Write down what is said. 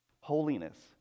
Holiness